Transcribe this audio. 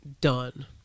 done